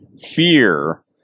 fear